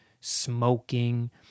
smoking